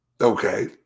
Okay